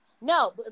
No